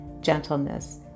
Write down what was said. gentleness